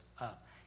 up